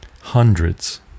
Hundreds